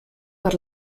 per